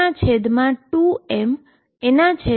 જેને vparticle 2તરીકે પણ લખી શકાય છે